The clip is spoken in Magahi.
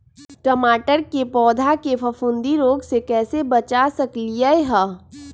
टमाटर के पौधा के फफूंदी रोग से कैसे बचा सकलियै ह?